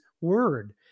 word